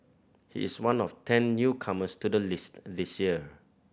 he is one of ten newcomers to the list this year